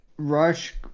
rush